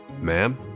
Ma'am